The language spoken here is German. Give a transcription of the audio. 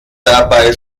dabei